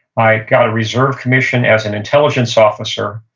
i got a reserve commission as an intelligence officer,